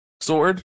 sword